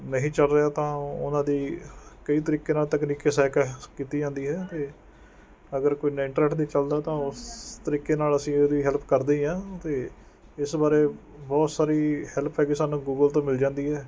ਨਹੀਂ ਚੱਲ ਰਿਹਾ ਤਾਂ ਉਹਨਾਂ ਦੀ ਕਈ ਤਰੀਕੇ ਨਾਲ਼ ਤਕਨੀਕੀ ਸਹਾਇਤਾ ਕੀਤੀ ਜਾਂਦੀ ਹੈ ਅਤੇ ਅਗਰ ਕੋਈ 'ਤੇ ਚੱਲਦਾ ਤਾਂ ਉਸ ਤਰੀਕੇ ਨਾਲ਼ ਅਸੀਂ ਉਹਦੀ ਹੈਲਪ ਕਰਦੇ ਹੀ ਹਾਂ ਅਤੇ ਇਸ ਬਾਰੇ ਬਹੁਤ ਸਾਰੀ ਹੈਲਪ ਹੈਗੀ ਸਾਨੂੰ ਗੂਗਲ ਤੋਂ ਮਿਲ ਜਾਂਦੀ ਹੈ